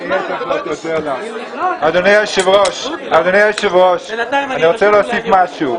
אדוני היושב-ראש, אני רוצה להוסיף משהו.